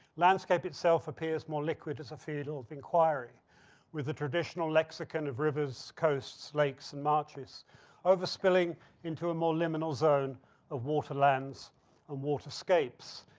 landscape itself appears more liquid as a field of inquiry with the traditional lexicon of rivers, coasts, lakes, and marshes over spilling into a more liminal zone of water lands and waterscapes.